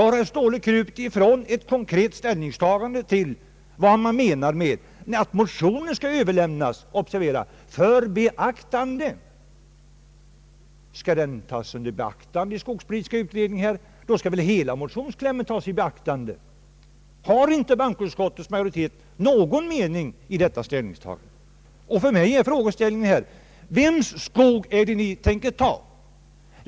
Herr Ståhle kröp ifrån ett konkret ställningstagande till det faktum att utskottet hemställer att motionerna överlämnas till skogspolitiska utredningen »för beaktande». Skall de tas under beaktande, skall väl hela motionsklämmen tas under beaktande. Har inte bankoutskottets majoritet någon mening i detta fall? För mig är frågan: Vems skog skall tas?